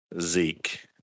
Zeke